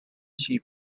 cheap